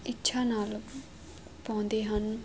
ਇੱਛਾ ਨਾਲ ਪਾਉਂਦੇ ਹਨ